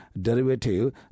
derivative